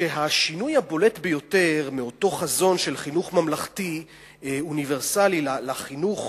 השינוי הבולט ביותר בין אותו חזון של חינוך ממלכתי אוניברסלי לחינוך